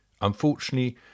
Unfortunately